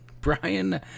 Brian